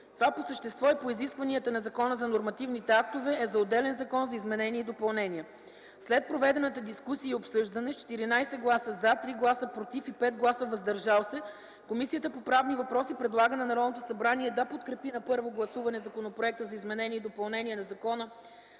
Това по същество и по изискванията на Закона за нормативните актова е за отделен закон за изменение и допълнение. След проведената дискусия и обсъждане, с 14 гласа „за”, 3 гласа „против” и 5 гласа „въздържали се”, Комисията по правни въпроси предлага на Народното събрание да подкрепи на първо гласуване Законопроект за изменение и допълнение на Закона